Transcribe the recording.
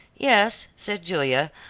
yes, said julia,